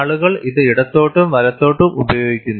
ആളുകൾ ഇത് ഇടത്തോട്ടും വലത്തോട്ടും ഉപയോഗിക്കുന്നു